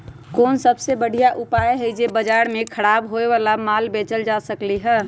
कोन सबसे बढ़िया उपाय हई जे से बाजार में खराब होये वाला माल बेचल जा सकली ह?